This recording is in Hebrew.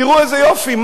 תראו איזה יופי.